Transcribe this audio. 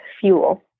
fuel